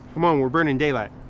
come on we're burning daylight.